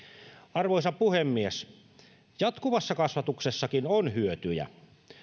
arvoisa puhemies jatkuvassa kasvatuksessakin on hyötyjä